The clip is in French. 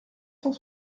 cent